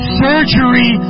surgery